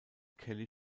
kelly